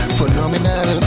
Phenomenal